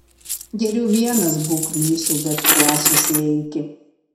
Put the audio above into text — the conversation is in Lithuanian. geriau vienas būk nei su bet kuo susieiki